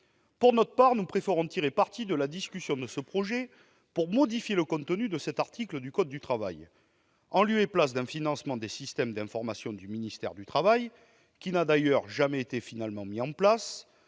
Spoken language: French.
Pour notre part, nous préférons tirer parti de la discussion de ce projet de loi pour modifier le contenu de cet article du code du travail. En lieu et place d'un financement des systèmes d'information du ministère du travail, qui n'a d'ailleurs jamais été mis en place